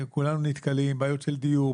כולם נתקלים בהן: בעיות של דיור,